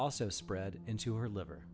also spread into her liver